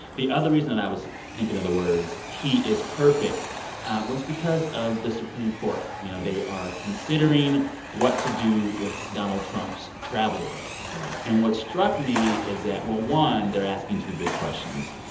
the other reason that i was thinking of the words he is perfect was because of the supreme court. you know, they are considering what to do with donald trump's travel ban right and what struck me is that, well, one, they're asking two big questions.